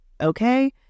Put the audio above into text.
Okay